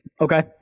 Okay